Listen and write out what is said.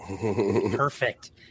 Perfect